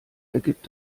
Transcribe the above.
ergibt